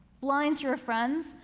blinds your friends,